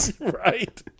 Right